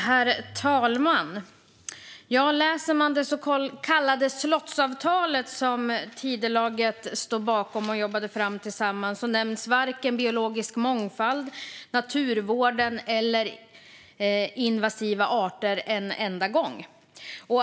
Herr talman! I det så kallade slottsavtalet som Tidölaget jobbade fram tillsammans och står bakom nämns varken biologisk mångfald, naturvården eller invasiva arter en enda gång.